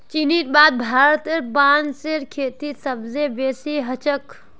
चीनेर बाद भारतत बांसेर खेती सबस बेसी ह छेक